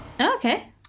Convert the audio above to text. Okay